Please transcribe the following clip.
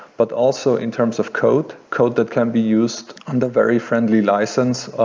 but also in terms of code code that can be used on the very friendly license,